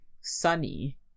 Sunny